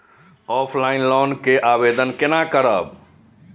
Offline loan के आवेदन केना करब?